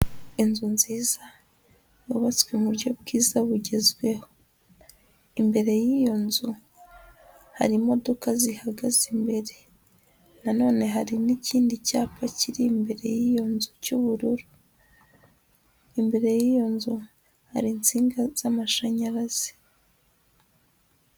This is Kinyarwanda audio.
Inzu nziza yubatswe mu buryo bwiza bugezweho, imbere y'iyo nzu hari imodoka zihagaze imbere, na none hari n'ikindi cyapa kiri imbere y'iyo nzu cy'ubururu, imbere y'iyo nzu hari insinga z'amashanyarazi.